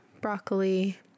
broccoli